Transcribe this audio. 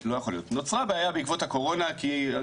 נוצרה בעיה בעקבות הקורונה כי,